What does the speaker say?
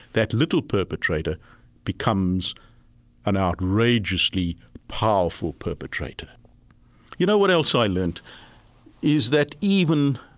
that little perpetrator becomes an outrageously powerful perpetrator you know what else i learned is that even